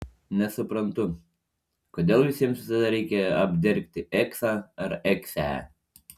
nesuprantu kodėl visiems visada reikia apdergti eksą ar eksę